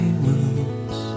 wounds